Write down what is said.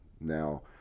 Now